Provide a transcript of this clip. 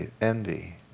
envy